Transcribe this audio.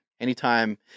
Anytime